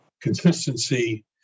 consistency